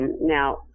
now